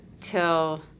till